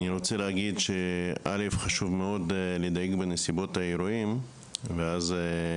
אני רוצה להגיד שחשוב מאוד שנדייק בהצגת האירועים והנסיבות,